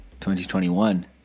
2021